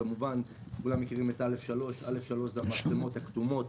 כולם מכירים את א'3, המצלמות הכתומות